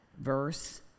verse